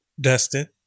Dustin